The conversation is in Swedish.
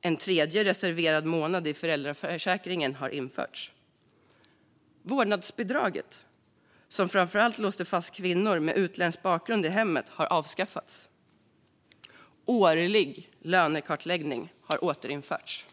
En tredje reserverad månad i föräldraförsäkringen har införts. Vårdnadsbidraget, som framför allt låste fast kvinnor med utländsk bakgrund i hemmet, har avskaffats. Årlig lönekartläggning har återinförts.